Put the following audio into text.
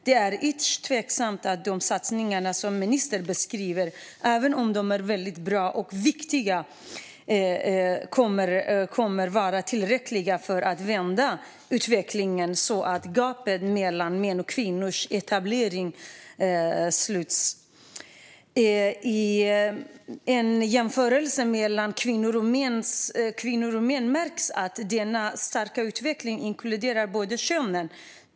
Det är ytterst tveksamt om dessa satsningar som ministern beskriver, även om de är bra och viktiga, kommer att vara tillräckliga för att vända utvecklingen så att gapet mellan mäns och kvinnors etablering sluts. I en jämförelse mellan kvinnor och män märks att denna starka utveckling inkluderat båda könen.